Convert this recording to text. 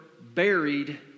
buried